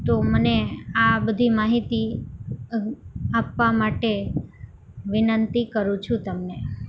તો મને આ બધી માહિતી આપવા માટે વિનંતી કરું છું તમને